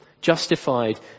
Justified